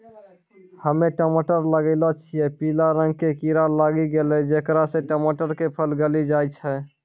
हम्मे टमाटर लगैलो छियै पीला रंग के कीड़ा लागी गैलै जेकरा से टमाटर के फल गली जाय छै?